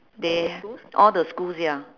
they all the schools ya